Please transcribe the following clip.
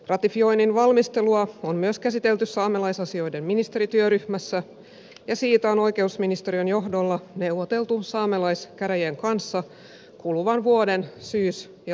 ratifioinnin valmistelua on myös käsitelty saamelaisasioiden ministerityöryhmässä ja siitä on oikeusministeriön johdolla neuvoteltu saamelaiskäräjien kanssa kuluvan vuoden syys ja lokakuussa